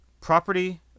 Property